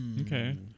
Okay